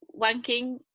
wanking